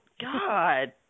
God